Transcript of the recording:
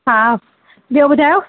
हा ॿियो ॿुधायो